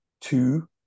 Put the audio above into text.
two